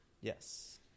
Yes